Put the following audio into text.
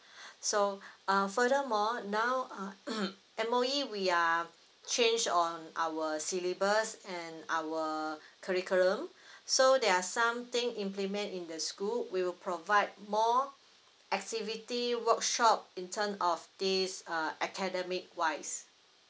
so uh furthermore now uh M_O_E we are changed on our syllabus and our curriculum so there are some thing implement in the school will provide more activity workshop in term of this uh academic wise